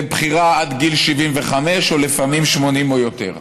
זה בחירה עד גיל 75 או לפעמים 80 או יותר.